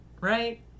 right